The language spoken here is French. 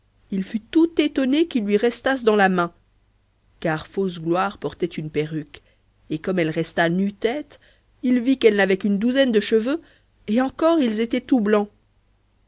il fut tout étonné qu'ils lui restassent dans la main car fausse gloire poilait une perruque et comme elle resta nue tête il vit qu'elle n'avait qu'une douzaine de cheveux et encore ils étaient tout blancs